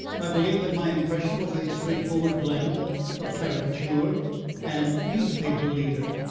i believe that my impression was a straightforward blend of caricature and newspaper leader.